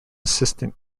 assistant